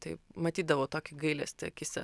taip matydavau tokį gailestį akyse